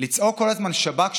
לצעוק כל הזמן: שב"כ,